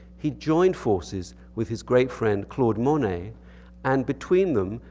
he joined forces with his great friend claude monet and between them,